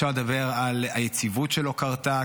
אפשר לדבר על היציבות שלא הייתה,